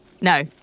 No